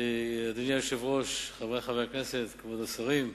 אדוני היושב-ראש, חברי חברי הכנסת, כבוד השרים,